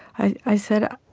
i i said,